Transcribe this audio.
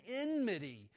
enmity